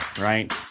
right